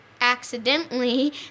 accidentally